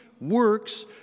works